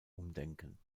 umdenken